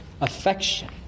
Affection